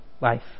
life